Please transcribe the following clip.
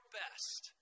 best